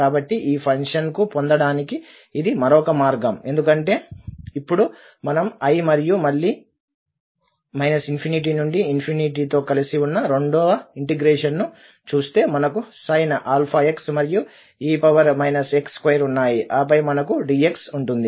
కాబట్టి ఈ ఫంక్షన్కు పొందడానికి ఇది మరొక మార్గం ఎందుకంటే ఇప్పుడు మనం i మరియు మళ్లీ ∞ నుండి ∞ తో కలిసి ఉన్న రెండవ ఇంటిగ్రేషన్ ను చూస్తే మనకు sin⁡αx మరియు e ax2 ఉన్నాయి ఆపై మనకు dx ఉంటుంది